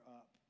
up